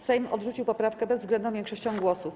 Sejm odrzucił poprawkę bezwzględną większością głosów.